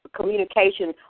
communication